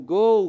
go